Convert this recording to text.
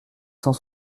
cent